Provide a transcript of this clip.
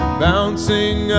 bouncing